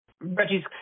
Reggie's